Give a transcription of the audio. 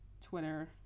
Twitter